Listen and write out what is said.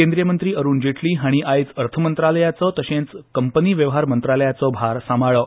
केंद्रीय मंत्री अरुण जेटली हांणी आयज अर्थमंत्रालयाचो तशेंच कंपनी वेव्हार मंत्रालयाचो भार सांबाळ्ळो